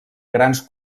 grans